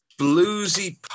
bluesy